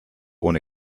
ohne